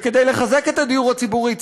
כדי לחזק את הדיור הציבורי,